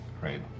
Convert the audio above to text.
Right